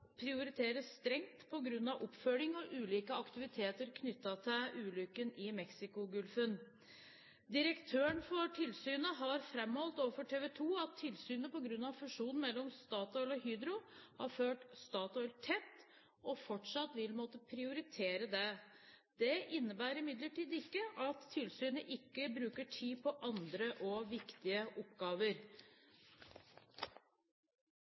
prioritere strengt på grunn av oppfølging av ulike aktiviteter knyttet til ulykken i Mexicogolfen. Direktøren for tilsynet har framholdt overfor TV 2 at tilsynet på grunn av fusjon mellom Statoil og Hydro har fulgt Statoil tett og fortsatt vil måtte prioritere det. Det innebærer imidlertid ikke at tilsynet ikke bruker tid på andre og viktige oppgaver.